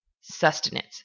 sustenance